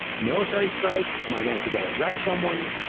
military strike? am i going to go arrest someone?